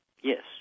Yes